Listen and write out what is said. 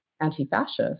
anti-fascist